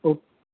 ओ